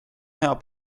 hea